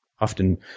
often